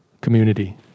community